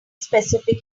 specific